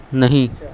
نہیں